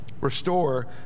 restore